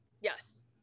Yes